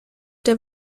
der